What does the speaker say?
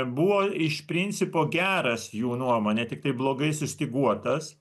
buvo iš principo geras jų nuomone tik tai blogai sustyguotas